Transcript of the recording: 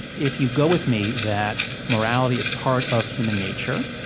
if you go with me that morality is part of human nature,